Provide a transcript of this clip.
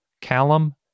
Callum